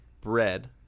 bread